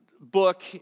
book